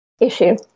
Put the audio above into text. issue